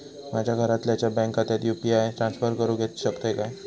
माझ्या घरातल्याच्या बँक खात्यात यू.पी.आय ट्रान्स्फर करुक शकतय काय?